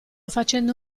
facendo